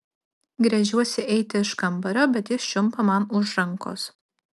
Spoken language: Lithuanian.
gręžiuosi eiti iš kambario bet jis čiumpa man už rankos